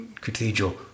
Cathedral